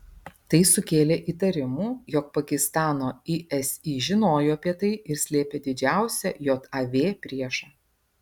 tai sukėlė įtarimų jog pakistano isi žinojo apie tai ir slėpė didžiausią jav priešą